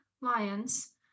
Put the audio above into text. lions